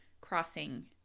crossing